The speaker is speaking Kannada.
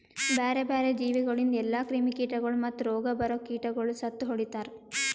ಬ್ಯಾರೆ ಬ್ಯಾರೆ ಜೀವಿಗೊಳಿಂದ್ ಎಲ್ಲಾ ಕ್ರಿಮಿ ಕೀಟಗೊಳ್ ಮತ್ತ್ ರೋಗ ಬರೋ ಕೀಟಗೊಳಿಗ್ ಸತ್ತು ಹೊಡಿತಾರ್